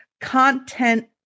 content